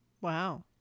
Wow